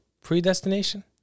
predestination